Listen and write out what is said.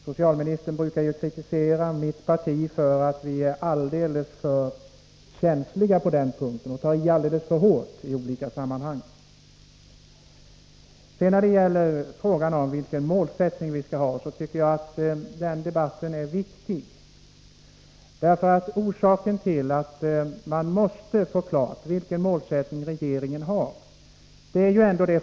Socialministern brukar kritisera mitt parti för att vi inom det är alldeles för känsliga på den punkten och tar i alldeles för hårt i olika sammanhang. Debatten om vilken målsättning man skall ha tycker jag är viktig. Vi måste få klarhet i vilken målsättning regeringen har.